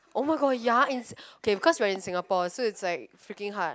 oh-my-god ya in s~ okay when in Singapore so it's like freaking hard